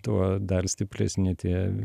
tuo dar stipresni tie